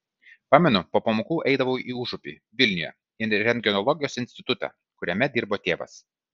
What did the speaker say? pamenu po pamokų eidavau į užupį vilniuje į rentgenologijos institutą kuriame dirbo tėvas